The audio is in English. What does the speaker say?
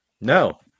No